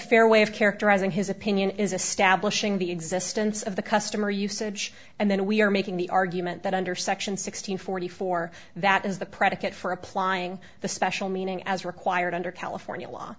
fair way of characterizing his opinion is establishing the existence of the customer usage and then we are making the argument that under section six hundred forty four that is the predicate for applying the special meaning as required under california law